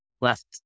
left